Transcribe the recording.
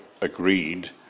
agreed